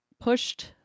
pushed